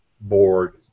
board